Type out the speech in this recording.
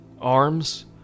arms